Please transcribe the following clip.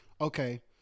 Okay